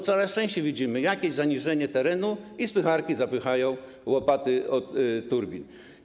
Coraz częściej widzimy jakieś zaniżenie terenu, a spycharki spychają łopaty od turbin.